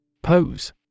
Pose